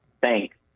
Thanks